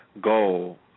goal